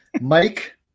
Mike